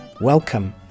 Welcome